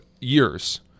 years